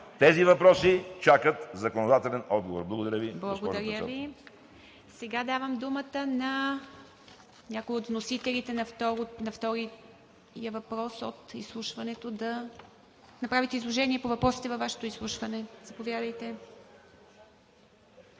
Тези въпроси чакат законодателен отговор. Благодаря Ви, госпожо